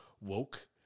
woke